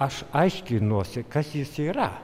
aš aiškinuosi kas jis yra